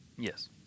Yes